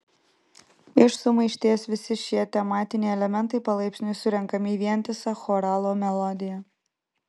iš sumaišties visi šie tematiniai elementai palaipsniui surenkami į vientisą choralo melodiją